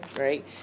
right